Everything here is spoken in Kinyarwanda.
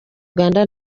uganda